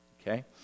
Okay